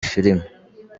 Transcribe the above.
filime